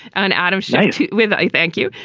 and and schiff with a thank you.